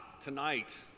tonight